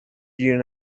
گیر